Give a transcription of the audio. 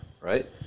right